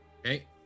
Okay